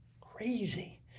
Crazy